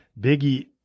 biggie